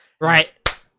right